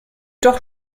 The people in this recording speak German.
doch